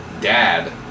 dad